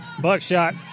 buckshot